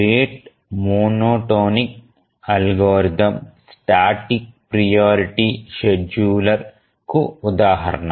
rate monotonic algorithm static priority షెడ్యూలర్కు ఉదాహరణ